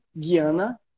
guiana